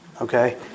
Okay